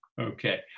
Okay